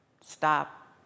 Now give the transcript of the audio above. stop